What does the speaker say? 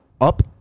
up